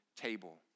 table